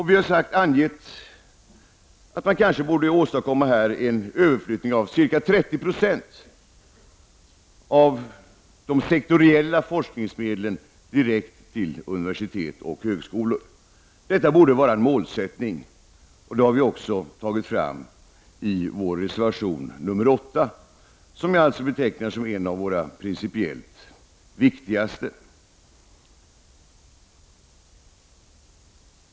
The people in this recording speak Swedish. Vi har angett att man kanske borde åstadkomma en överflyttning av ca 30 Z0 av de sektoriella forskningsmedlen direkt till universitet och högskolor. Detta borde vara en målsättning, och det har vi också framhållit i vår reservation nr 8, som jag betecknar som en av våra principiellt viktigaste.